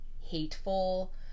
hateful